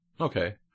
Okay